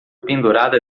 pendurada